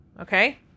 Okay